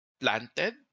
planted